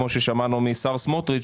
כמו ששמענו מהשר סמוטריץ',